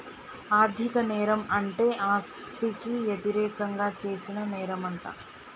ఆర్ధిక నేరం అంటే ఆస్తికి యతిరేకంగా చేసిన నేరంమంట